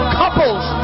couples